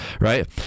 right